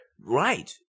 Right